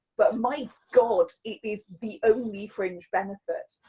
but my god, it is the only fringe benefit.